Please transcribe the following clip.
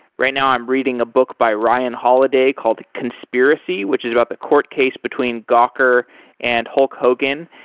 right now i'm reading a book by ryan holiday called conspiracy, which is about the court case between gawker and hulk hogan.